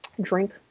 drink